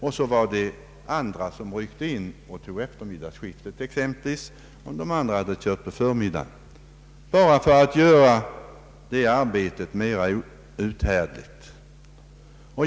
Då ryckte andra personer in till eftermiddagsskiftet exempelvis. På detta sätt blev det arbetet mera uthärdligt.